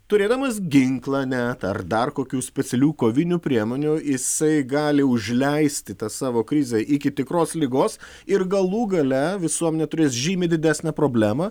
turėdamas ginklą net ar dar kokių specialių kovinių priemonių jisai gali užleisti tą savo krizę iki tikros ligos ir galų gale visuomenė turės žymiai didesnę problemą